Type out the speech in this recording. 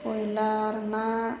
ब्रयलार ना